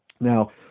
Now